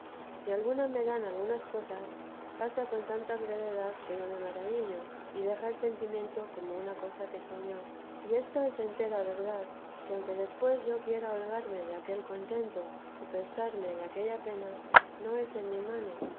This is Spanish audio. si alguna me dan algunas cosas con tanta brevedad que yo me maravillo y deja el sentimiento como una cosa que soñó y esto es entera verdad que aunque después yo quisiera holgarme de aquel contento o pesarme de aquella pena no es en mi mano